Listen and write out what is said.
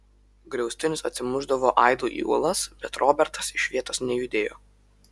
griaustinis atsimušdavo aidu į uolas bet robertas iš vietos nejudėjo